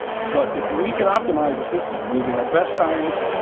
but if we can optimize the system using our best science,